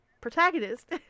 protagonist